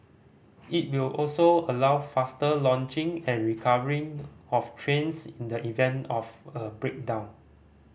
it will also allow faster launching and recovery of trains in the event of a breakdown